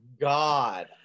god